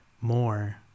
more